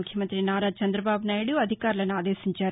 ముఖ్యమంతి నారా చందబాబు నాయుడు అధికారులను ఆదేశించారు